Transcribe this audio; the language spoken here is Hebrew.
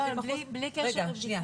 לא, בלי קשר לבדיקה.